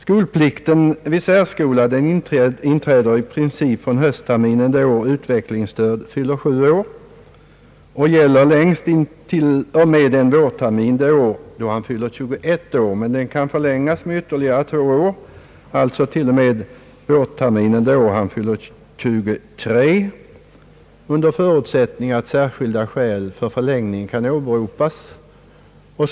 Skolplikten vid särskola inträder i princip från höstterminen det år utvecklingsstörd fyller sju år och gäller längst till och med vårterminen det år han fyller 21 år; men den kan förlängas med två år, alltså till och med vårterminen det år han fyller 23, under förutsättning att särskilda skäl kan åberopas för en förlängning.